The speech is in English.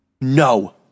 No